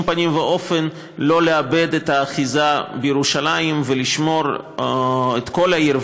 פנים ואופן לא נאבד את האחיזה בירושלים ונשמור את כל העיר,